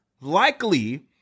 likely